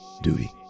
Duty